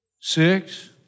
six